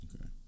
Okay